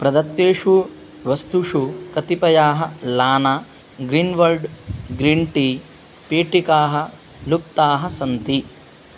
प्रदत्तेषु वस्तुषु कतिपयाः लाना ग्रीन्बर्ड् ग्रीन् टी पेटिकाः लुप्ताः सन्ति